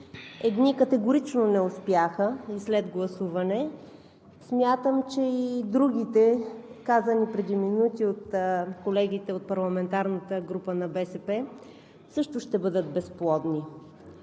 едни категорично не успяха след гласуването. Смятам, че другите, казани преди минути от колегите от парламентарната група на БСП, също ще бъдат безплодни